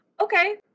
Okay